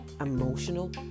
emotional